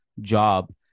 job